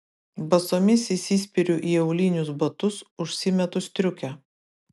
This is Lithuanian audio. basomis įsispiriu į aulinius batus užsimetu striukę